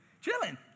chilling